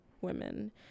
women